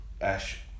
Ash